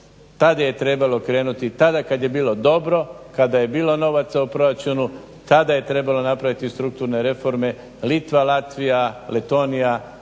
tad je trebalo krenuti, tada kad je bilo dobro, kada je bilo novaca u proračunu tada je trebalo napraviti i strukturne reforme. Litva, Latvija, Letonija